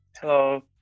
Hello